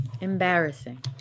embarrassing